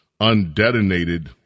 undetonated